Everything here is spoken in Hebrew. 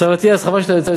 השר אטיאס, חבל שאתה יוצא,